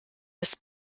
des